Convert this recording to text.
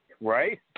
Right